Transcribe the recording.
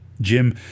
Jim